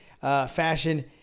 fashion